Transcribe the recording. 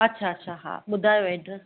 अच्छा अच्छा हा ॿुधायो एड्रेस